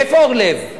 איפה אורלב?